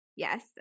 yes